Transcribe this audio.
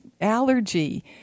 allergy